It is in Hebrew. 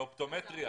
אופטומטריה.